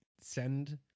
send